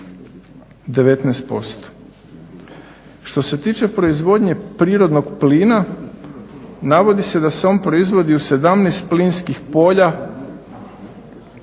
19%. Što se tiče proizvodnje prirodnog plina navodi se da se on proizvodi u 17 plinskih polja